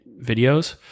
videos